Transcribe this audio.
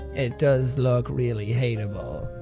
it does look really hateable.